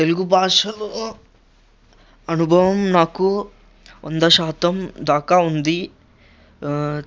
తెలుగుభాషలో అనుభవం నాకు వంద శాతం దాకా ఉంది